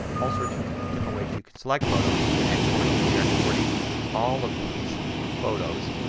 all sorts of different ways you can select photos and then export, and then your exporting all of these photos.